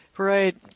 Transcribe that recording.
Right